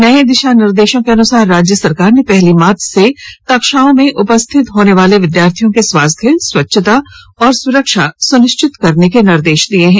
नए दिशा निर्देशों के अनुसार राज्य सरकार ने पहली मार्च से कक्षाओं में उपस्थित होने वाले विद्यार्थियों के स्वास्थ्य स्वच्छता और सुरक्षा सुनिश्चित करने के निर्देश दिए हैं